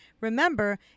Remember